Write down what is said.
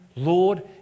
Lord